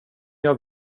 jag